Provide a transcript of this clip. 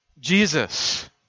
Jesus